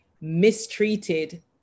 mistreated